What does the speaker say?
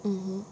mmhmm